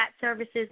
services